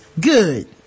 good